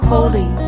Holy